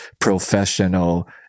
professional